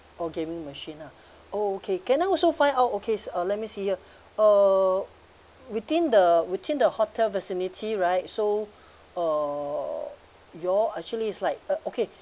oh gaming machine lah oh okay can I also find out okay so uh let me see here uh within the within the hotel facility right so uh you all actually is like uh okay